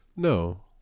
No